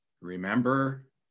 Remember